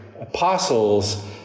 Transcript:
apostles